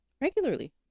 regularly